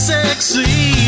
sexy